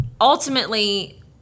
ultimately